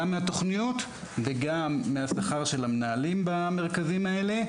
גם מהתוכניות וגם מהשכר של המנהלים במרכזים האלה.